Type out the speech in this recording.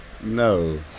No